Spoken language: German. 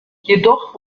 jedoch